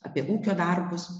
apie ūkio darbus